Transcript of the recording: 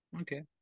okay